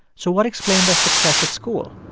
so what explained their success at school?